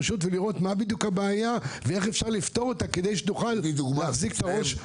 רשות ולראות מה הבעיה ואיך אפשר לפתור אותה כדי שתוכל להחזיק את הראש.